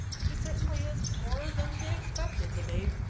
she certainly is poorer than she expected to be.